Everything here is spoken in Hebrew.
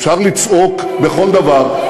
אפשר לצעוק בכל דבר,